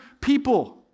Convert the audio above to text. people